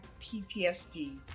PTSD